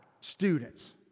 students